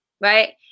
right